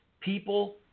people